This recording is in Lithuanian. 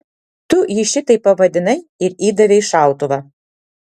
tu jį šitaip pavadinai ir įdavei šautuvą